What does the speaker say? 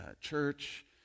church